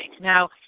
Now